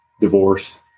divorce